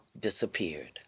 disappeared